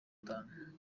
itanu